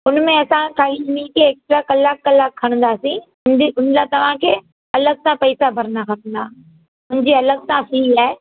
हुन में असां ख़ाली हिन खे ऐक्स्ट्रा कलाकु कलाकु खणदासीं हुन जा तव्हांखे अलॻि सां पैसा भरिणा खपंदा हुन जी अलॻि सां फी लाइ